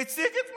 מציג את משנתו.